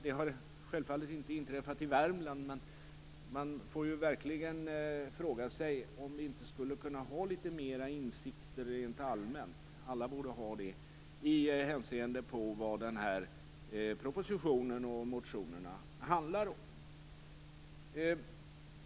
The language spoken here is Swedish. Det har självfallet inte inträffat i Värmland, men man får verkligen fråga sig om inte alla borde ha litet mer insikt rent allmänt när det handlar om översvämningar.